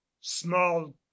small